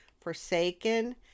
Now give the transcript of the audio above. forsaken